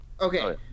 okay